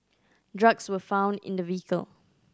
drugs were found in the vehicle